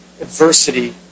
Adversity